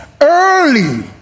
early